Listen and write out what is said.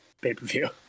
pay-per-view